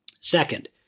Second